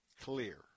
clear